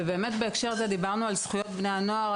דיברנו בהקשר הזה על זכויות בני הנוער,